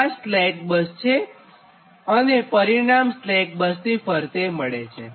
તો આ slack bus છેઅને પરિણામ સ્લેક બસ ફરતે મળે છે